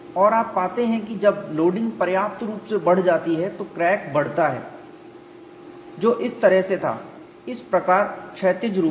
और आप पाते हैं कि जब लोडिंग पर्याप्त रूप से बढ़ जाती है तो क्रैक बढ़ता है जो इस तरह से था इस प्रकार क्षैतिज रूप से